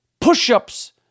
push-ups